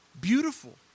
beautiful